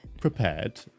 prepared